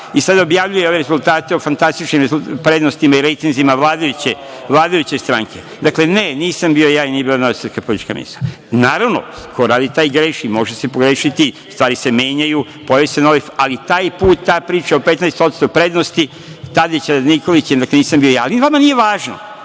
i sada objavljuje ove rezultate o fantastičnim prednostima i rejtinzima vladajuće stranke. Dakle, ne, nisam bio ja i nije bila Nova srpska politička misao. Naravno, ko radi, taj i greši. Može se pogrešiti, stvari se menjaju, pojave se novi, ali taj put, ta priča o 15% prednosti Tadića nad Nikolićem nisam bio ja. Ali, vama nije važno.